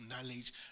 knowledge